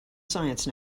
science